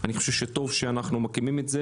טוב שאנחנו מקימים את הוועדה.